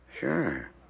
sure